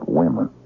women